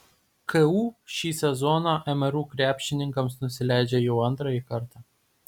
ku šį sezoną mru krepšininkams nusileidžia jau antrąjį kartą